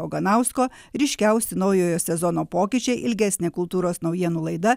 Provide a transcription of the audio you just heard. oganausko ryškiausi naujojo sezono pokyčiai ilgesnė kultūros naujienų laida